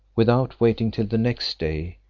without waiting till the next day,